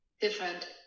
different